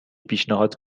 پیشنهاد